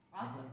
Awesome